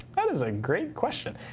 that is a great question.